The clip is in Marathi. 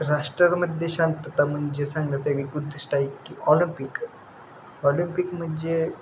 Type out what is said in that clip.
राष्ट्रामध्ये शांतता म्हणजे सांगण्यासाठी एक उद्दिष्ट आहे की ऑलिम्पिक ऑलिम्पिक म्हणजे